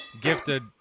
gifted